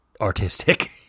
artistic